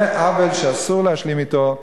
זה עוול שאסור להשלים אתו,